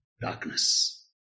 darkness